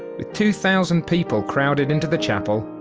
with two thousand people crowded into the chapel,